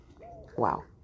Wow